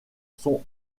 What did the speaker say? sont